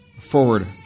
forward